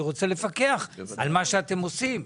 אני רוצה לפקח על מה שאתם עושים.